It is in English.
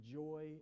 joy